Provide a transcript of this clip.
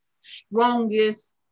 strongest